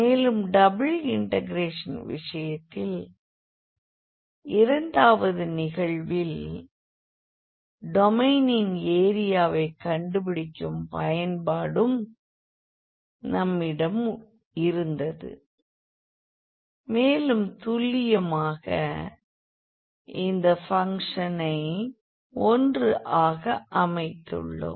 மேலும் double integration விஷயத்தில் இரண்டாவது நிகழ்வில் டொமைனின் ஏரியாவை கண்டுபிடிக்கும் பயன்பாடும் நம்மிடம் இருந்தது மேலும் துல்லியமாக இந்த பங்க்ஷனை 1 ஆக அமைத்துள்ளோம்